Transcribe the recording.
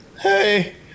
Hey